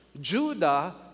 Judah